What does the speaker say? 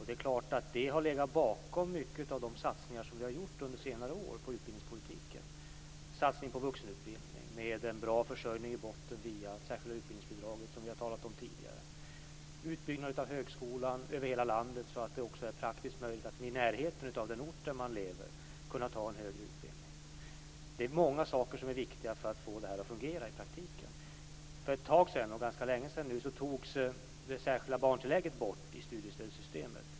Det är klart att det har legat bakom många av de satsningar som vi har gjort under senare år på utbildningspolitiken - satsningen på vuxenutbildning med en bra försörjning i botten via det särskilda utbildningsbidraget som vi har talat om tidigare och utbyggnaden av högskolan över hela landet, så att det också är praktiskt möjligt att i närheten av den ort där man lever kunna genomföra en högre utbildning. Det är många saker som är viktiga för att få detta att fungera i praktiken. För ganska länge sedan togs det särskilda barntillägget bort ur studiestödssystemet.